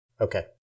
Okay